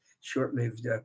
short-lived